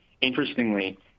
Interestingly